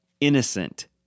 innocent